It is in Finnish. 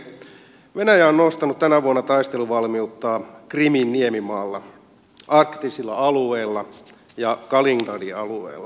venäjä on nostanut tänä vuonna taisteluvalmiutta krimin niemimaalla arktisilla alueilla ja kaliningradin alueella